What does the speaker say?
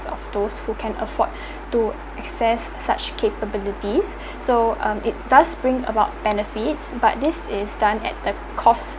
of those who can afford to access such capabilities so um it does bring about benefit but this is done at the cost